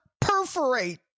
perforate